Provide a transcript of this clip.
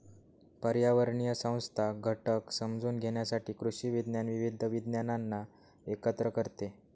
पर्यावरणीय संस्था घटक समजून घेण्यासाठी कृषी विज्ञान विविध विज्ञानांना एकत्र करते